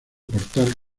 portal